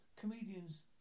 comedians